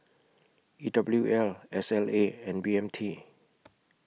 E W L S L A and B M T